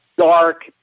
Dark